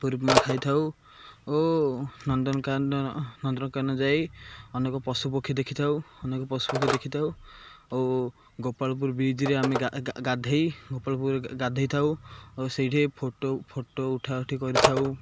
ପୁରୀ ଉପମା ଖାଇଥାଉ ଓ ନନ୍ଦନକାନନ ଯାଇ ଅନେକ ପଶୁପକ୍ଷୀ ଦେଖିଥାଉ ଅନେକ ପଶୁପକ୍ଷୀ ଦେଖିଥାଉ ଓ ଗୋପାଳପୁର ବୀଚ୍ରେ ଆମେ ଗାଧେଇ ଗୋପାଳପୁର ଗାଧେଇ ଥାଉ ଓ ସେଇଠି ଫଟୋ ଫଟୋ ଉଠା ଉଠି କରିଥାଉ